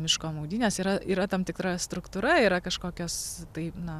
miško maudynės yra yra tam tikra struktūra yra kažkokios tai na